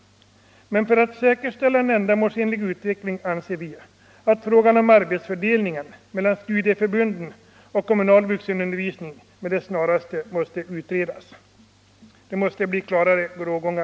Men för att man skall kunna säkerställa en ändamålsenlig utveckling 20 maj 1975 anser vi att frågan om arbetsfördelningen mellan studieförbunden och kommunal vuxenundervisning med det snaraste måste utredas. Det mås — Vuxenutbildningen, te här bli klarare rågångar.